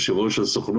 יושב ראש הסוכנות,